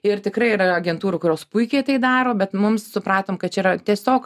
ir tikrai yra agentūrų kurios puikiai tai daro bet mums supratom kad yra tiesiog